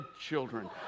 children